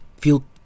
feel